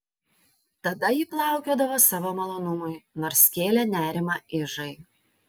tada ji plaukiodavo savo malonumui nors kėlė nerimą ižai